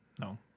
No